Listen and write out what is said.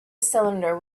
cylinder